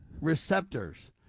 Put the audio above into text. receptors